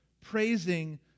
praising